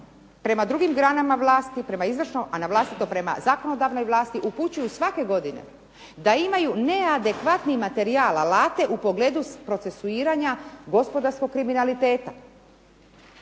prema drugim granama vlasti, prema izvršnoj, prema zakonodavnoj vlasti upućuju svake godine da imaju neadekvatni materijal alate u pogledu procesuiranja gospodarskog kriminaliteta.